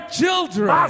children